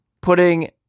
putting